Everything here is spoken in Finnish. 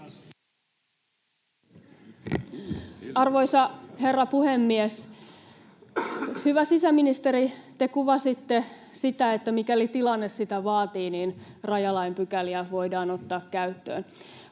Arvoisa herra puhemies! Hyvä sisäministeri, te kuvasitte sitä, että mikäli tilanne sitä vaatii, niin rajalain pykäliä voidaan ottaa käyttöön.